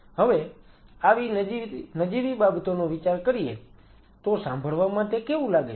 હવે આવી નજીવી બાબતોનો વિચાર કરીએ તો સાંભળવામાં તે કેવું લાગે છે